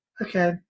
okay